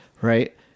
right